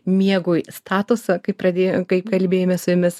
miegui statusą kaip pradėjo kaip kalbėjome su jumis